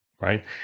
right